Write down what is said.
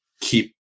keep